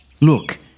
Look